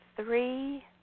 three